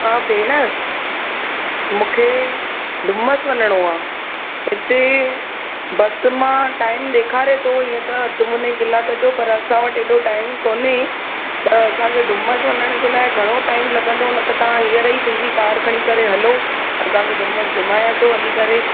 हा भेण मूंखे डुमस वञिणो आहे हिते बस मां टाइम ॾेखारे थो हीअं त अधु मुने कलाके जो पर असां वटि हेॾो टाइम कोन्हे त असांखे डुमस वञण जे लाइ घणो टाइम लॻंदो न त तव्हां हींअर ई पंहिंजी कार खणी करे हलो असांखे डुमस घुमाए अचो हली करे